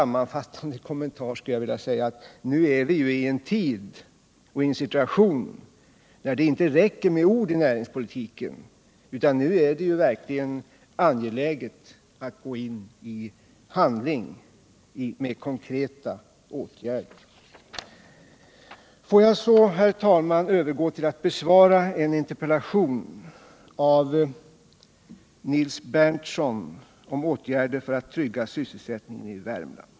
Men nu är vi i en tid och i en situation då det inte räcker med ord i näringspolitiken — nu är det verkligen angeläget att gå in i handling med konkreta åtgärder. Jag övergår sedan till att besvara en interpellation av Nils Berndtson om åtgärder för att trygga sysselsättningen i Värmland.